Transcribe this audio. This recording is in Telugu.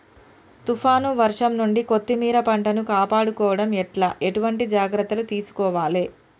తుఫాన్ వర్షం నుండి కొత్తిమీర పంటను కాపాడుకోవడం ఎట్ల ఎటువంటి జాగ్రత్తలు తీసుకోవాలే?